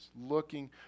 looking